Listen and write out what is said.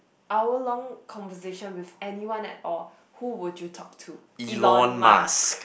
hour long conversation with anyone at all who would you talk to Elon-Musk